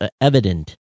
evident